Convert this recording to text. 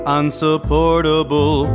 unsupportable